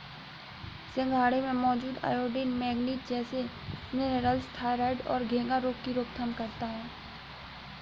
सिंघाड़े में मौजूद आयोडीन, मैग्नीज जैसे मिनरल्स थायरॉइड और घेंघा रोग की रोकथाम करता है